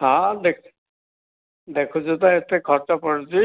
ହଁ ଦେଖୁଛୁତ ଏତେ ଖର୍ଚ୍ଚ ପଡୁଛି